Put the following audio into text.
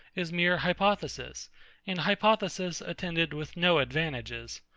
is mere hypothesis and hypothesis attended with no advantages.